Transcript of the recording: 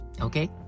okay